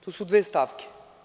To su dve stavke.